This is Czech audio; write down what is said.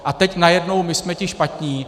A teď najednou my jsme ti špatní.